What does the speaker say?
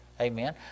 Amen